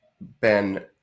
ben